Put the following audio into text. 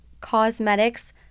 Cosmetics